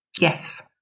Yes